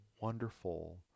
wonderful